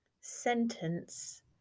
sentence